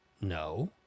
No